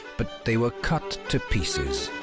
but they were cut to pieces.